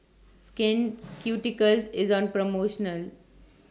Skin Ceuticals IS on promotional